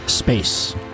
Space